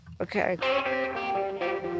Okay